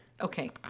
okay